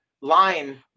line